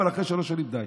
אבל אחרי שלוש שנים: די,